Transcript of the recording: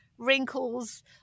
Wrinkles